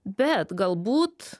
bet galbūt